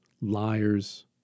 Liars